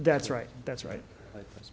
that's right that's right that's